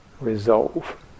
resolve